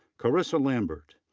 korrissa lambert.